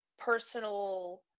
Personal